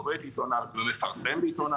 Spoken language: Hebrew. קורא ומפרסם בו.